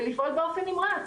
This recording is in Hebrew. ולפעול באופן נמרץ,